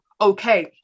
okay